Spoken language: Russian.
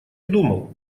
думал